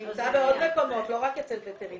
זה נמצא בעוד מקומות, לא רק אצל וטרינרים.